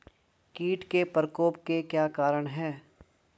कीट के प्रकोप के क्या कारण हैं?